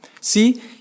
See